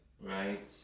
right